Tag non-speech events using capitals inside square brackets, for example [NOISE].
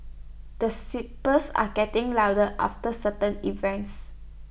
the [UNINTELLIGIBLE] are getting louder after certain events